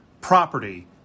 property